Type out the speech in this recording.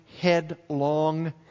headlong